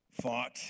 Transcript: fought